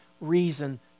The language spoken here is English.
reason